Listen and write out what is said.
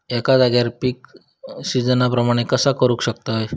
एका जाग्यार पीक सिजना प्रमाणे कसा करुक शकतय?